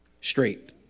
straight